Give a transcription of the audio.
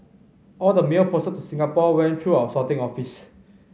all the mail posted to Singapore went through our sorting office